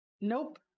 nope